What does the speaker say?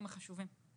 החשובים.